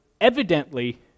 evidently